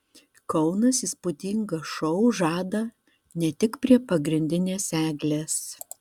kaunas įspūdingą šou žada ne tik prie pagrindinės eglės